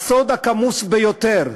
הסוד הכמוס ביותר,